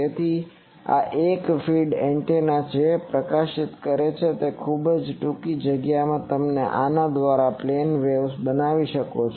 તેથી આ એક ફીડ એન્ટેના છે જે પ્રકાશિત કરે છે અને ખૂબ જ ટૂંકી જગ્યામાં તમે આના દ્વારા પ્લેન વેવ્સ બનાવી શકો છો